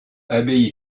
abbaye